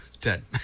dead